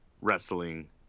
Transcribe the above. wrestling